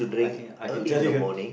I can I can tell you